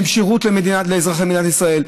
הם שירות לאזרחי מדינת ישראל.